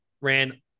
ran –